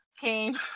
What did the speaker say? came